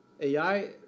AI